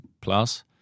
plus